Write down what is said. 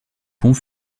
pont